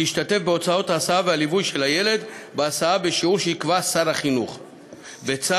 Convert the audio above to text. תשתתף בהוצאות ההסעה והליווי של הילד בהסעה בשיעור שיקבע שר החינוך בצו,